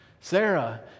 Sarah